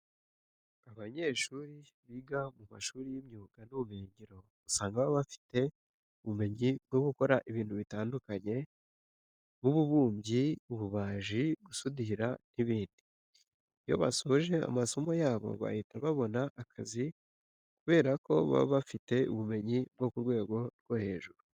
Abanyeshuri biga mu mashuri y'imyuga n'ubumenyingiro usanga baba bafite ubumenyi bwo gukora ibintu bitandukanye nk'ububumbyi, ububaji, gusudira, n'ibindi. Iyo basoje amasomo yabo bahita babona akazi kubera ko baba bafite ubumenyi bwo ku rwego rwo hejuru.